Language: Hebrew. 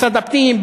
במשרד הפנים,